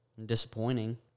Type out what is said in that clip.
Disappointing